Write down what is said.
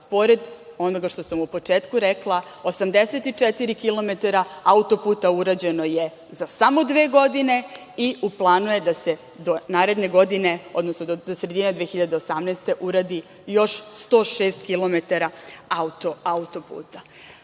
Pored onoga što sam u početku rekla, 84 kilometara autoputa urađeno je za samo dve godine i u planu je da se do naredne godine, odnosno do sredine 2018. godine uradi i još 106 kilometara